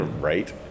right